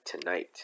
Tonight